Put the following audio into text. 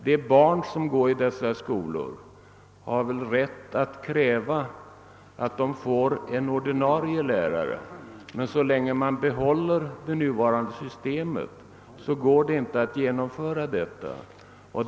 De barn som går i dessa skolor har rätt att kräva att de får en ordinarie lärare, men så länge man behåller det nuvarande systemet går det inte att uppfylla detta önskemål.